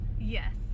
Yes